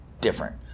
different